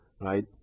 right